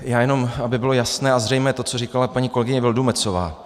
Já jenom aby bylo jasné a zřejmé to, co říkala paní kolegyně Vildumetzová.